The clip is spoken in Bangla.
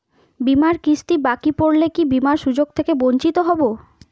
বিমার কিস্তি বাকি পড়লে কি বিমার সুযোগ থেকে বঞ্চিত হবো?